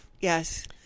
Yes